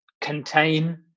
contain